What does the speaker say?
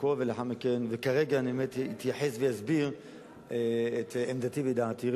כרגע אני אתייחס ואסביר את עמדתי ודעתי.